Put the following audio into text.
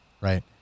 right